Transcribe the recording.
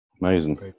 Amazing